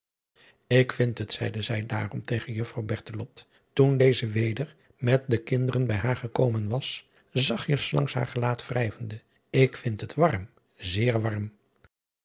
ik vind het zeide zij daarom tegen juffrouw bertelot toen deze weder met de kinderen bij haar gekomen was zachtjes langs haar gelaat wrijvende ik vind het warm zeer warm